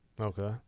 okay